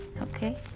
okay